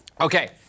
Okay